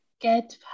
get